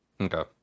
Okay